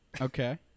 Okay